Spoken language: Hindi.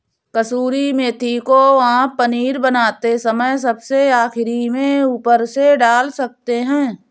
कसूरी मेथी को आप पनीर बनाते समय सबसे आखिरी में ऊपर से डाल सकते हैं